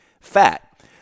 fat